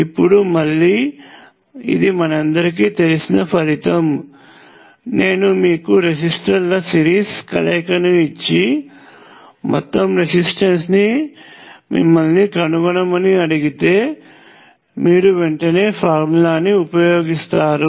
ఇప్పుడు మళ్ళీ ఇది మనందరికీ తెలిసిన ఫలితం నేను మీకు రెసిస్టర్ల సీరీస్ కలయికను ఇచ్చి మొత్తం రెసిస్టెన్స్ ని మిమ్మల్ని కనుగొనమని అడిగితే మీరు వెంటనే ఫార్ములాని ఉపయోగిస్తారు